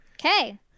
Okay